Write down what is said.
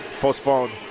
postponed